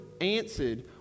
answered